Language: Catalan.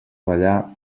ballar